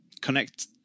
connect